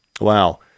Wow